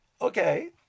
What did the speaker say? Okay